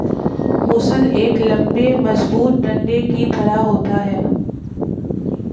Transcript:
मूसल एक लम्बे मजबूत डंडे की तरह होता है